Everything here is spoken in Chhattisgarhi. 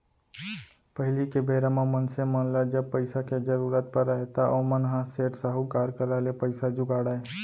पहिली के बेरा म मनसे मन ल जब पइसा के जरुरत परय त ओमन ह सेठ, साहूकार करा ले पइसा जुगाड़य